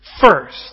First